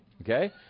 Okay